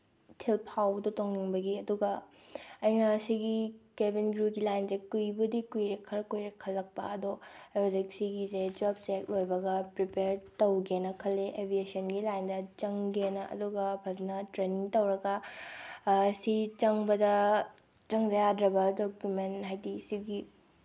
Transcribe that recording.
ꯏꯊꯤꯜ ꯐꯥꯎꯕꯗꯣ ꯇꯧꯅꯤꯡꯕꯒꯤ ꯑꯗꯨꯒ ꯑꯩꯅ ꯁꯤꯒꯤ ꯀꯦꯕꯤꯟ ꯀ꯭ꯔꯨꯒꯤ ꯂꯥꯏꯟꯁꯦ ꯀꯨꯏꯕꯨꯗꯤ ꯀꯨꯏꯔꯦ ꯈꯔ ꯀꯨꯏꯔꯦ ꯈꯜꯂꯛꯄ ꯑꯗꯣ ꯑꯩ ꯍꯧꯖꯤꯛ ꯁꯤꯒꯤꯁꯦ ꯇꯨꯌꯦꯜꯞꯁꯦ ꯍꯦꯛ ꯂꯣꯏꯕꯒ ꯄ꯭ꯔꯤꯄꯤꯌꯥꯔ ꯇꯧꯒꯦꯅ ꯈꯜꯂꯤ ꯑꯦꯕ꯭꯭ꯌꯦꯁꯟꯒꯤ ꯂꯥꯏꯟꯗ ꯆꯪꯒꯦꯅ ꯑꯗꯨꯒ ꯐꯖꯅ ꯇ꯭ꯔꯦꯅꯤꯡ ꯇꯧꯔꯒ ꯁꯤ ꯆꯪꯕꯗ ꯆꯪꯗ꯭ꯔ ꯌꯥꯗ꯭ꯔꯕ ꯗꯣꯀꯨꯃꯦꯟ ꯍꯥꯏꯗꯤ ꯁꯤꯒꯤ